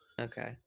Okay